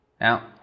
Now